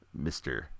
Mr